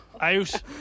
Out